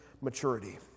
maturity